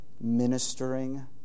ministering